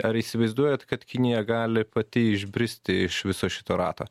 ar įsivaizduojat kad kinija gali pati išbristi iš viso šito rato